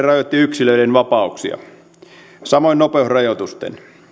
rajoitti yksilöiden vapauksia samoin nopeusrajoituksia